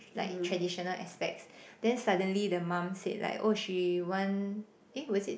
like traditional aspects then suddenly the mum said like oh she want eh was it